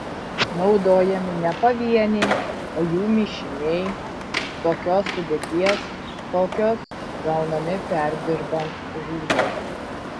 naudojami ne pavieniai o jų mišiniai tokios sudėties kokios gaunami perdirbant rūdas